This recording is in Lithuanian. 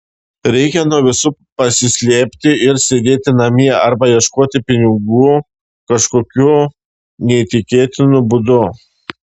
reikia nuo visų pasislėpti ir sėdėti namie arba ieškoti pinigų kažkokiu neįtikėtinu būdu